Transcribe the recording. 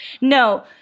No